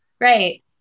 Right